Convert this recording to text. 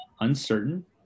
uncertain